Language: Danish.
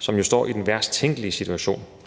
som jo står i den værst tænkelige situation,